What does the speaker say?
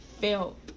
felt